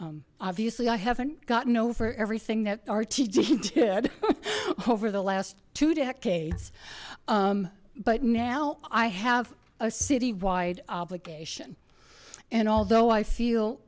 obviously i haven't gotten over everything that rtd did over the last two decades but now i have a citywide obligation and although i feel